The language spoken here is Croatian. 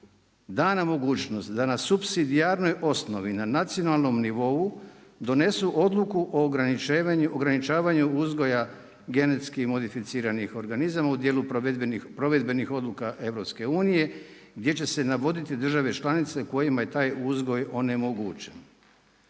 dana mogućnost da na supsidijarnoj osnovi na nacionalnom nivou donesu odluku o ograničavanju uzgoja GMO-a u dijelu provedbenih odluka EU gdje će se navoditi države članice kojima je taj uzgoj onemogućen.